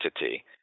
entity